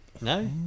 No